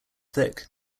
thick